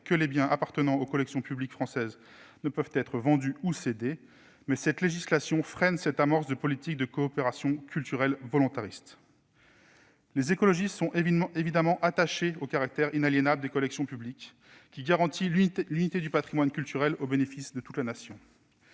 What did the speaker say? que les biens appartenant aux collections publiques françaises ne peuvent être vendus ou cédés, mais elle freine cette amorce de politique de coopération culturelle volontariste. Les écologistes sont évidemment attachés au caractère inaliénable des collections publiques, qui garantit l'unité du patrimoine culturel au bénéfice de toute la Nation.